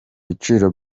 biciro